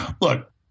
Look